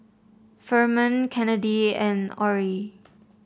Ferman Kennedy and Orie